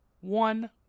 one